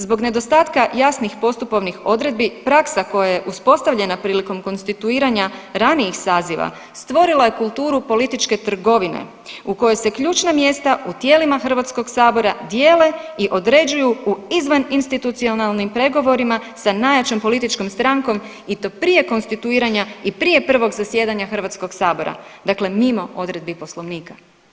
Zbog nedostatka jasnih postupovnih odredbi praksa koja je uspostavljena prilikom konstituiranja ranijih saziva stvorila je kulturu političke trgovine u kojoj se ključna mjesta u tijelima Hrvatskog sabora dijele i određuju u izvaninstitucionalnim pregovorima sa najjačom političkom strankom i to prije konstituiranja i prije prvog zasjedanja Hrvatskog sabora, dakle mimo odredbi Poslovnika.